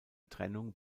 trennung